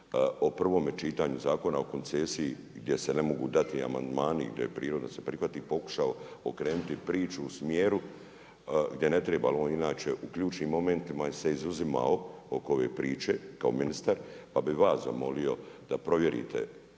o prvome čitaju Zakona o koncesiji gdje se mogu dati amandmani, gdje je prirodno da se prihvati, pokušao okrenuti priču u smjeru gdje ne treba jer on inače u uključim momentima se izuzimao oko ove priče kao ministar pa bi vas zamolio da provjerite